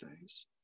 days